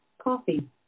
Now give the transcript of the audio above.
coffee